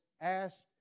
asked